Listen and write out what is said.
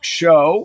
show